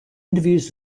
interviews